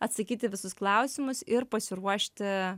atsakyt į visus klausimus ir pasiruošti